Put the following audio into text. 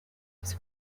was